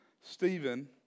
Stephen